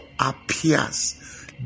appears